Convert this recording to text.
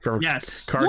Yes